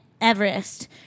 Everest